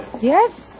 Yes